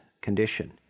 condition